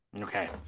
Okay